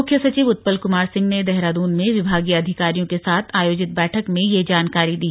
मुख्य सचित उत्पल कुमार सिंह ने देहरादून में विभागीय अधिकारियों के साथ आयोजित बैठक में ये जानकारी दी